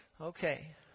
Okay